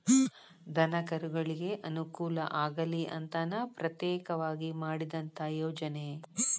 ದನಕರುಗಳಿಗೆ ಅನುಕೂಲ ಆಗಲಿ ಅಂತನ ಪ್ರತ್ಯೇಕವಾಗಿ ಮಾಡಿದಂತ ಯೋಜನೆ